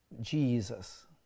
Jesus